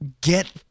get